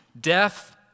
death